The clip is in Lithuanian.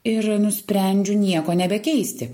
ir nusprendžiu nieko nebekeisti